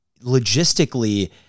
logistically